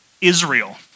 Israel